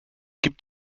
gibt